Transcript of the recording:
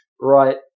right